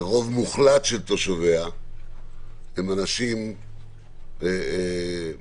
שרוב מוחלט של תושביה מעבר לכך אנשים ערכיים מאוד,